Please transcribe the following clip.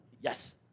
Yes